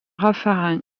raffarin